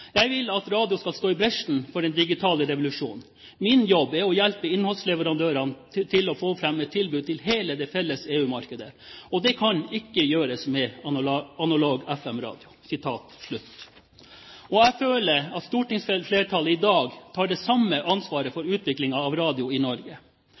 vil at radio skal stå i bresjen for den digitale revolusjonen. Min jobb er å hjelpe innholdsleverandørene til å få frem tilbud til hele det felles EU-markedet – og det kan ikke gjøres med analog FM-radio alene.» Jeg føler at stortingsflertallet i dag tar det samme ansvaret